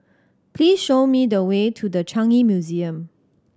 please show me the way to The Changi Museum